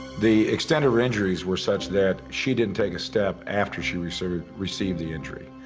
the extent of her injuries were such that she didn't take a step after she received received the injury.